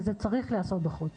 זה צריך להיעשות בחוץ.